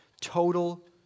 total